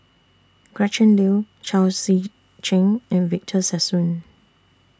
Gretchen Liu Chao Tzee Cheng and Victor Sassoon